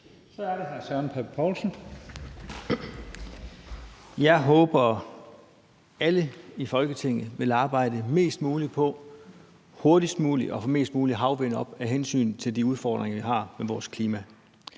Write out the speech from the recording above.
Kl. 00:40 Søren Pape Poulsen (KF): Jeg håber, at alle i Folketinget vil arbejde mest muligt på hurtigst muligt at få mest mulig havvindkapacitet op af hensyn til de udfordringer, vi har med vores klima.